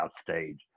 stage